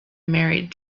married